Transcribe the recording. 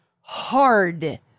hard